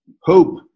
hope